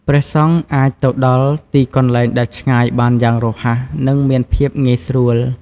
ព្រះសង្ឃអាចទៅដល់ទីកន្លែងដែលឆ្ងាយបានយ៉ាងរហ័ស និងមានភាពងាយស្រួល។